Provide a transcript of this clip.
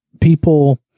people